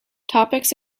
topics